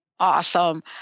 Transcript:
Awesome